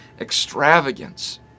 extravagance